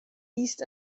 east